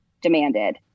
demanded